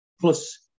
Plus